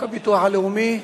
הלאומי,